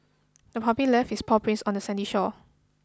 the puppy left its paw prints on the sandy shore